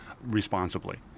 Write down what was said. responsibly